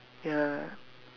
ya